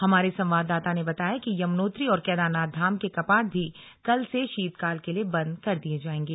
हमारे संवाददाता ने बताया है कि यमुनोत्री और केदारनाथ धाम के कपाट भी कल से शीतकाल के लिए बंद कर दिए जाएंगे